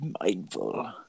mindful